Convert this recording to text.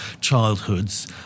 childhoods